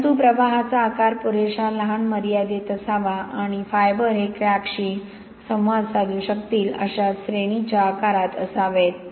परंतु प्रवाहाचा आकार पुरेशा लहान मर्यादेत असावा आणि फायबर हे क्रॅकशी संवाद साधू शकतील अशा श्रेणीच्या आकारात असावेत